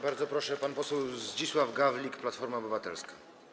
Bardzo proszę, pan poseł Zdzisław Gawlik, Platforma Obywatelska.